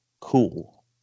cool